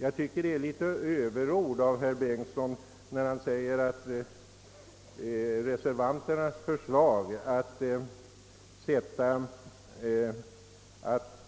Det förefaller mig som om herr Bengtson i Solna tar till överord när han menar, att reservanternas förslag att